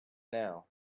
now